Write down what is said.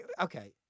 Okay